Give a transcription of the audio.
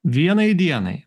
vienai dienai